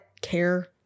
care